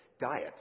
diet